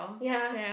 ya